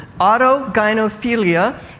Autogynophilia